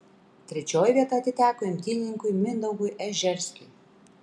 trečioji vieta atiteko imtynininkui mindaugui ežerskiui